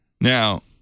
Now